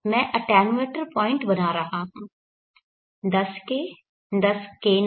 मैं attenuator point बना रहा हूं 10K 10K नहीं